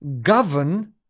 govern